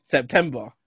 September